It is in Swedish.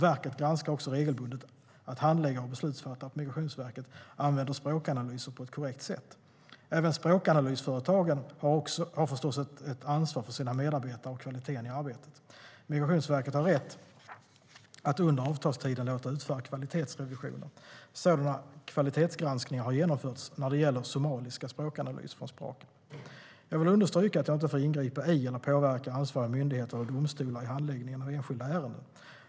Verket granskar också regelbundet att handläggare och beslutsfattare på Migrationsverket använder språkanalyser på ett korrekt sätt. Även språkanalysföretagen har förstås ansvar för sina medarbetare och kvaliteten i arbetet. Migrationsverket har rätt att under avtalstiden låta utföra kvalitetsrevisioner. Sådana kvalitetsgranskningar har genomförts när det gäller somaliska språkanalyser från Sprakab. Jag vill understryka att jag inte får ingripa i eller påverka ansvariga myndigheter eller domstolar när det gäller handläggningen av enskilda ärenden.